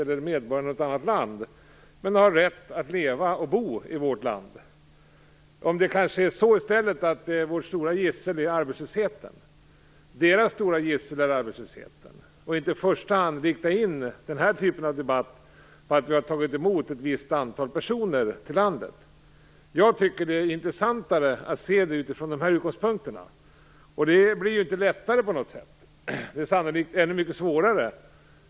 Det är kanske arbetslösheten som är vårt stora gissel. Man skall nog inte i första hand rikta in den här typen av debatt på att vi har tagit emot ett visst antal personer i landet. Jag tycker att det intressantare att betrakta det hela utifrån dessa utgångspunkter. Och det blir ju inte lättare på något sätt, snarare tvärtom. Sannolikt blir det mycket svårare.